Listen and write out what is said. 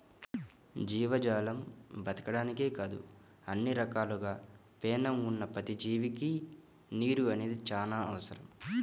జీవజాలం బతకడానికే కాదు అన్ని రకాలుగా పేణం ఉన్న ప్రతి జీవికి నీరు అనేది చానా అవసరం